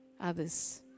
others